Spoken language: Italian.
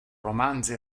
romanzi